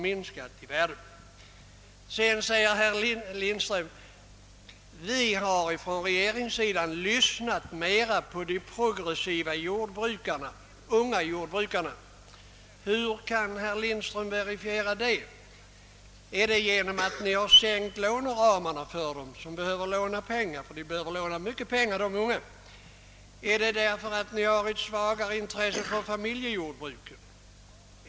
| Vidare säger herr Lindström: Vi har från regeringspartiets sida lyssnat mera på de progressiva jordbrukarna. Hur kan herr Lindström verifiera det? är det genom att ni har sänkt låneramarna för dem som behöver låna pengar? De unga behöver låna mycket pengar! Beror det på att ni har ett svagare intresse för familjejordbruket?